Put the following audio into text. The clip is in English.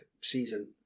season